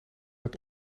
het